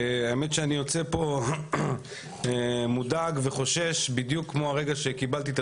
האמת שאני יוצא מפה מודאג וחושש בדיוק כמו הרגע שקיבלתי את